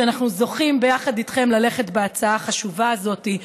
שאנחנו זוכים ביחד איתכם ללכת עם ההצעה החשובה הזאת,